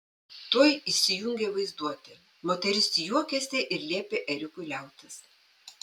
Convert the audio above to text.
tuoj įsijungė vaizduotė moteris juokėsi ir liepė erikui liautis